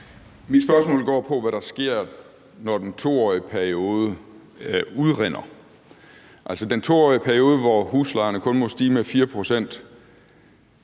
Mit spørgsmål går på, hvad der sker, når den 2-årige periode udrinder, altså den 2-årige periode, hvor huslejerne kun må stige med 4 pct.